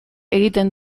egiten